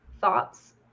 thoughts